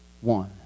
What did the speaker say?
one